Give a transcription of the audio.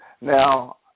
now